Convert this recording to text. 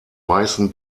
weißen